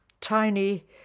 tiny